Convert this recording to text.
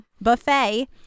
buffet